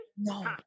No